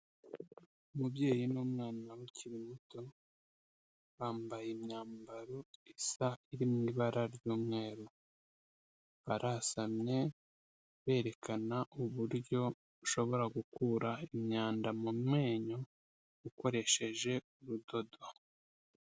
Umubyeyi n'umwana uba ukiri muto bambaye imyambaro isa iri mu ibara ry'umweru barasamye berekana uburyo ushobora gukura imyanda mu menyo ukoresheje urudodo.